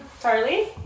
Charlie